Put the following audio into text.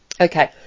okay